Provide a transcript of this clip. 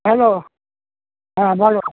hello হ্যাঁ বলো